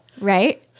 Right